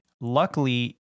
Luckily